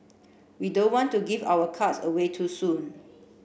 we don't want to give our cards away too soon